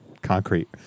Concrete